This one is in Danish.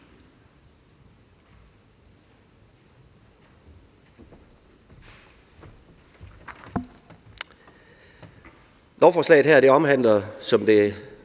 Lovforslaget her omhandler, som andre